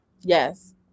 Yes